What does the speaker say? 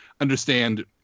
understand